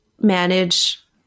manage